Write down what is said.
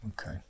okay